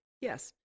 yes